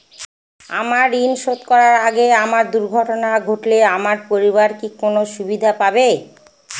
আমার ঋণ শোধ করার আগে আমার দুর্ঘটনা ঘটলে আমার পরিবার কি কোনো সুবিধে পাবে?